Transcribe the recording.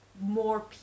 more